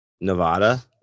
Nevada